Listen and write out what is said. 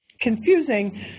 confusing